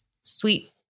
sweet